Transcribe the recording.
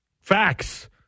Facts